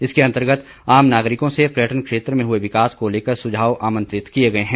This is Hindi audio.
इसके अंतर्गत आम नागरिकों से पर्यटन क्षेत्र में हुए विकास को लेकर सुझाव भी आमंत्रित किए गए हैं